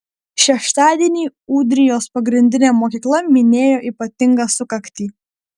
šeštadienį ūdrijos pagrindinė mokykla minėjo ypatingą sukaktį